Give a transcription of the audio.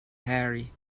harry